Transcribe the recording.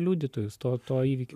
liudytojus to to įvykio